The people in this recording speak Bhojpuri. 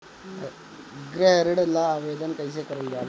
गृह ऋण ला आवेदन कईसे करल जाला?